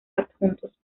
adjuntos